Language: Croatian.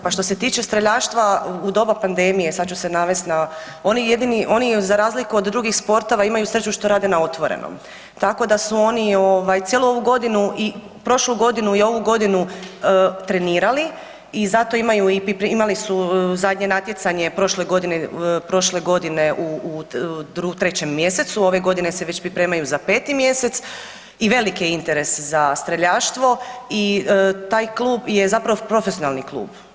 Pa, što se tiče streljaštva u doba pandemije, sad ću se navest na, oni jedini, oni za razliku od drugih sportova, imaju sreću što rade na otvorenom, tako da su oni cijelu ovu godinu i prošlu godinu, i ovu godinu trenirali i zato imaju i, imali su zadnje natjecanje prošle godine, prošle godine u 3. mj., ove godine se već pripremaju za 5. mj. i velik je interes za streljaštvo i taj klub je zapravo profesionalni klub.